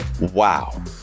Wow